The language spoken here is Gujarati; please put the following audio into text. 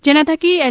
જેનાં થકી એલ